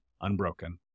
unbroken